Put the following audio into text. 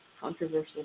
controversial